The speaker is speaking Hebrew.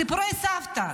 סיפורי סבתא.